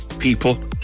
people